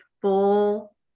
full